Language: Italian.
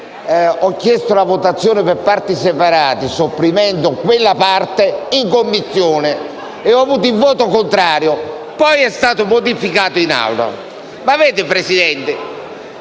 Ho chiesto la votazione per parti separate, sopprimendo quella parte in Commissione, e vi è stato il voto contrario. Poi vi è stata una modifica in Aula. Signor Presidente,